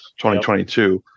2022